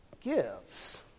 gives